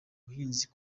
buhinzi